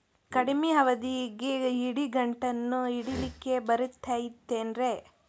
ಕಡಮಿ ಅವಧಿಗೆ ಇಡಿಗಂಟನ್ನು ಇಡಲಿಕ್ಕೆ ಬರತೈತೇನ್ರೇ?